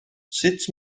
sut